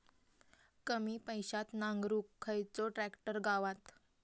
कमी पैशात नांगरुक खयचो ट्रॅक्टर गावात?